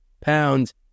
pounds